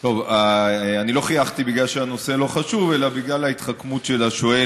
לא חייכתי בגלל שהנושא לא חשוב אלא בגלל ההתחכמות של השואל,